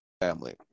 family